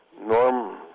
Norm